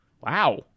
wow